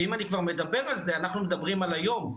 אנחנו מדברים על היום,